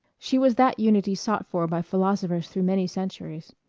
she was that unity sought for by philosophers through many centuries.